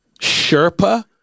Sherpa